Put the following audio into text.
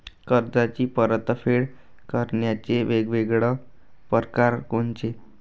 कर्जाची परतफेड करण्याचे वेगवेगळ परकार कोनचे?